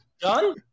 done